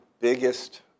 biggest